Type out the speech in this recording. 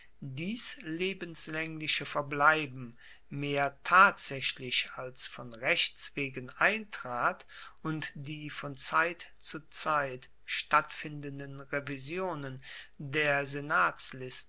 dies lebenslaengliche verbleiben mehr tatsaechlich als von rechts wegen eintrat und die von zeit zu zeit stattfindenden revisionen der